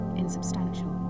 insubstantial